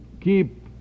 keep